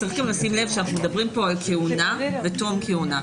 צריך גם לשים לב שאנחנו מדברים פה על כהונה ותום כהונה.